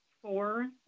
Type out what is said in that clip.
four